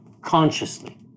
consciously